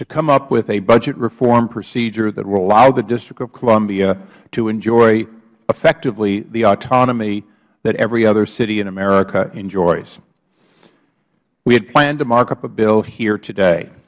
to come up with a budget reform procedure that will allow the district of columbia to enjoy effectively the autonomy that every other city in america enjoys we had planned to mark up a bill here today